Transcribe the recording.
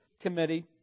committee